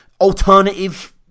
alternative